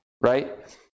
Right